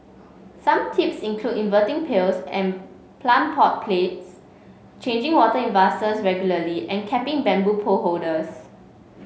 some tips include inverting pails and plant pot plates changing water in vases regularly and capping bamboo pole holders